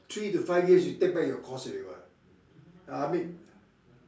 three to five years you take back your cost already [what] ah I mean